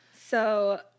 So-